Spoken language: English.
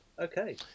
Okay